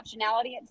optionality